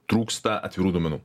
trūksta atvirų duomenų